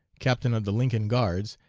captain of the lincoln guards,